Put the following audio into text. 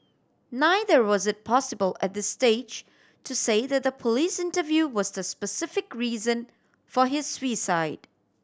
neither was it possible at this stage to say that the police interview was the specific reason for his suicide